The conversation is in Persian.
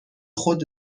خود